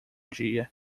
dia